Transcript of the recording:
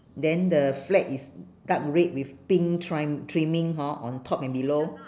then the flag is dark red with pink trime trimming hor on top and below